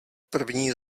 první